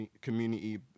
community